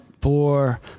poor